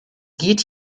geht